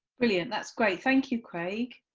brilliant, that's great, thank you, craig.